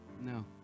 No